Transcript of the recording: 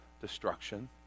destruction